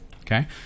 okay